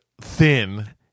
thin